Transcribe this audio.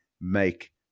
make